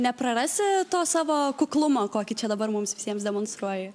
neprarasi to savo kuklumo kokį čia dabar mums visiems demonstruoji